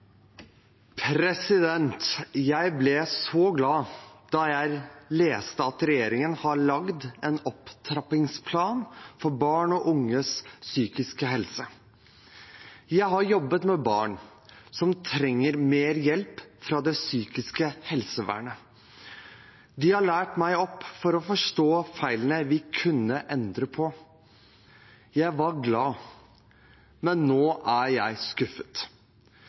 Framstegspartiet. Jeg ble så glad da jeg leste at regjeringen har laget en opptrappingsplan for barn og unges psykiske helse. Jeg har jobbet med barn som trenger mer hjelp fra det psykiske helsevernet. De har lært meg å forstå feilene vi kunne endre på. Jeg var glad, men nå er jeg skuffet.